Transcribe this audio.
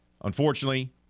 Unfortunately